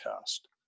test